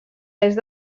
est